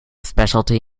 specialty